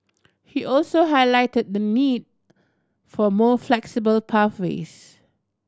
he also highlighted the need for more flexible pathways